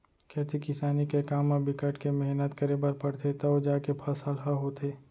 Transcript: खेती किसानी के काम म बिकट के मेहनत करे बर परथे तव जाके फसल ह होथे